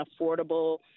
affordable